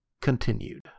continued